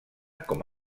com